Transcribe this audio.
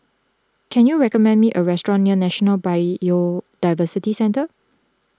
can you recommend me a restaurant near National Biodiversity Centre